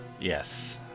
yes